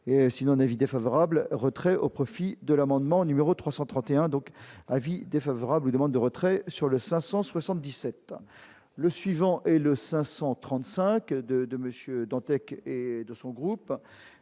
sinon un avis défavorable retrait au profit de l'amendement numéro 331 donc avis défavorable, demandes de retrait sur le 577 le suivant, et le 535 de de Monsieur Dantec de son groupe